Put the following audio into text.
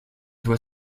doit